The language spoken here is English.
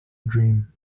dream